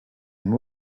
and